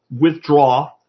withdraw